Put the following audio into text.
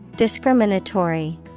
Discriminatory